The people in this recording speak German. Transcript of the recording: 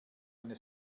eine